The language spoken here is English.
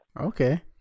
Okay